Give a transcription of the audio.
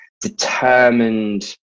determined